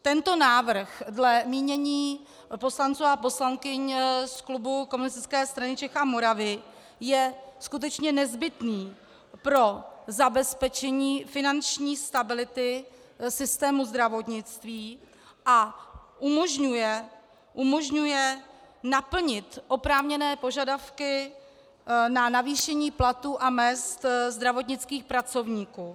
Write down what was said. Tento návrh dle mínění poslanců a poslankyň z klubu Komunistické strany Čech a Moravy je skutečně nezbytný pro zabezpečení finanční stability systému zdravotnictví a umožňuje naplnit oprávněné požadavky na navýšení platů a mezd zdravotnických pracovníků.